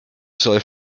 serais